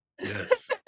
Yes